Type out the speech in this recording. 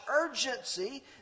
urgency